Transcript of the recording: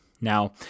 Now